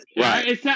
right